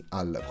al